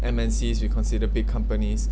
M_N_Cs we consider big companies